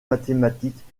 mathématiques